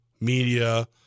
media